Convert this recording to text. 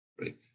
right